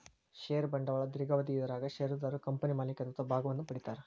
ಷೇರ ಬಂಡವಾಳ ದೇರ್ಘಾವಧಿ ಇದರಾಗ ಷೇರುದಾರರು ಕಂಪನಿ ಮಾಲೇಕತ್ವದ ಭಾಗವನ್ನ ಪಡಿತಾರಾ